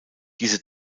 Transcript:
diese